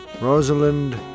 Rosalind